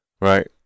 Right